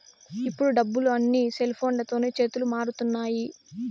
ఇప్పుడు డబ్బులు అన్నీ సెల్ఫోన్లతోనే చేతులు మారుతున్నాయి